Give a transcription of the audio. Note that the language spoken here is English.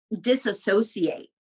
disassociate